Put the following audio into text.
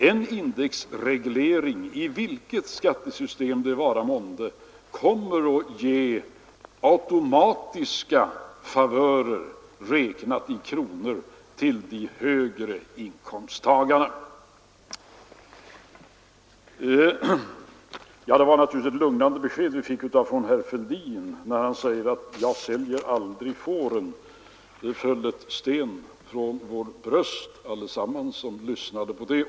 En indexreglering, i vilket skattesystem det vara månde, ger automatiskt favörer i kronor räknat till de högre inkomsttagarna. Det var naturligtvis ett lugnande besked vi fick av herr Fälldin då han sade: Jag säljer aldrig fåren. Det föll en sten från bröstet hos oss alla som lyssnade till det.